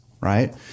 right